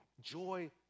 Joy